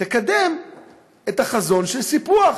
תקדם את החזון של סיפוח.